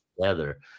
together